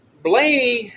Blaney